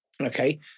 Okay